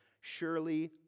surely